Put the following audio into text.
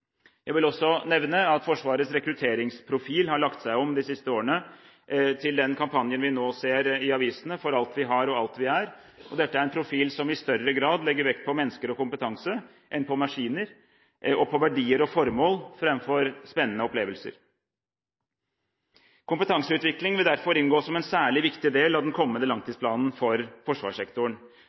Jeg vil også nevne at Forsvarets rekrutteringsprofil er lagt om de siste årene, til den kampanjen vi nå ser i avisene: «For alt vi har. Og alt vi er.» Dette er en profil som i større grad legger vekt på mennesker og kompetanse enn på maskiner, og på verdier og formål framfor spennende opplevelser. Kompetanseutvikling vil derfor inngå som en særlig viktig del av den kommende langtidsplanen for forsvarssektoren.